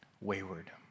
wayward